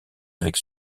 avec